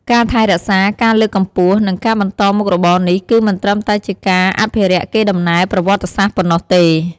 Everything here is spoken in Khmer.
ការថែរក្សា ការលើកកម្ពស់ និងការបន្តមុខរបរនេះ គឺមិនត្រឹមតែជាការអភិរក្សកេរដំណែលប្រវត្តិសាស្រ្តប៉ុណ្ណោះទេ។